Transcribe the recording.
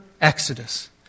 Exodus